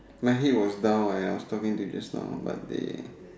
my head was down right I was talking to you just now but they